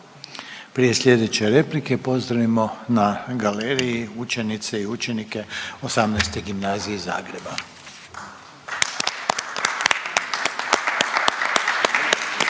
Prije slijedeće replike pozdravimo na galeriji učenice i učenike XVIII. Gimnazije iz